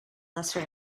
lesser